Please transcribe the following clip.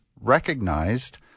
recognized